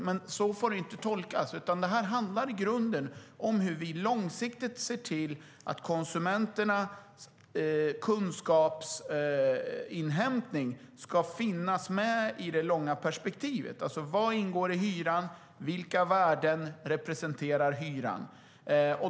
Men så får det inte tolkas, utan det handlar i grunden om hur vi långsiktigt ser till att konsumenternas kunskapsinhämtning finns med i det långa perspektivet: Vad ingår i hyran? Vilka värden representerar hyran?